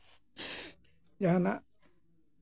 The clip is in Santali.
ᱡᱟᱦᱟᱱᱟᱜ